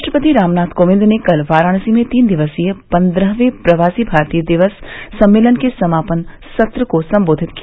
राष्ट्रपति रामनाथ कोविंद ने कल वाराणसी में तीन दिक्सीय पन्द्रहवें प्रवासी भारतीय दिक्स सम्मेलन के समापन सत्र को सम्बोधित किया